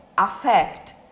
affect